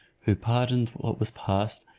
who pardoned what was past,